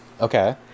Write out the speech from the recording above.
Okay